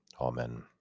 Amen